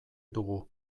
dugu